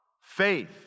faith